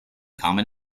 common